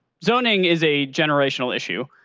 zoning is a generational issue.